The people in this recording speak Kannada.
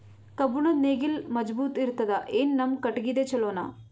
ಕಬ್ಬುಣದ್ ನೇಗಿಲ್ ಮಜಬೂತ ಇರತದಾ, ಏನ ನಮ್ಮ ಕಟಗಿದೇ ಚಲೋನಾ?